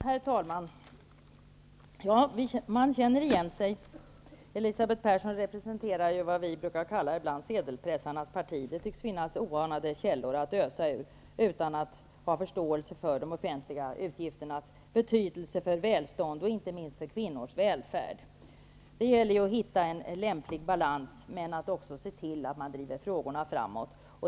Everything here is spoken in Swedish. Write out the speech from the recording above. Herr talman! Man känner igen sig. Elisabeth Persson representerar ju vad vi ibland kallar sedelpressarnas parti -- det tycks finnas oanade källor att ösa ur, utan att ha förståelse för de offentliga utgifternas betydelse för välstånd, inte minst för kvinnors välfärd. Det gäller ju att hitta en lämplig balans men också att se till att man driver frågorna framåt.